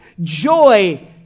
joy